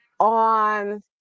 on